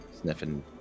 Sniffing